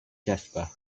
jasper